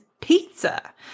pizza